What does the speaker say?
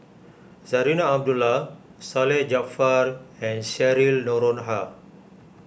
Zarinah Abdullah Salleh Japar and Cheryl Noronha